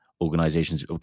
organizations